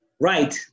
right